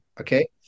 Okay